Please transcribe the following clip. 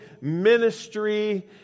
ministry